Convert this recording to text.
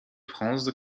franz